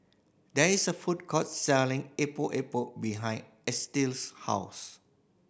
there is a food court selling Epok Epok behind Estill's house